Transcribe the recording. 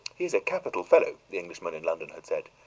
he is a capital fellow, the englishman in london had said,